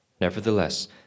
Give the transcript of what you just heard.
Nevertheless